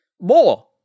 more